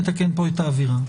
נתקן פה את האווירה.